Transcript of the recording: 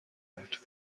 بود